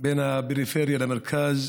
פערים בין הפריפריה למרכז,